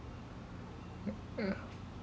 uh err